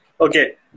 Okay